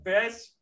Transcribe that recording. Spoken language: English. Best